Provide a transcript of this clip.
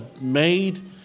made